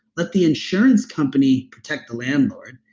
let the insurance company protect the landlord,